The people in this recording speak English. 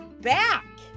back